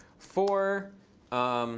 for